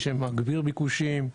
שמגביר ביקושים,